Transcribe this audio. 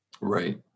Right